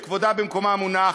שכבודה במקומה מונח,